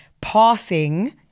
passing